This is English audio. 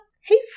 Hey